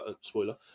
spoiler